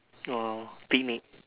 !wow! picnic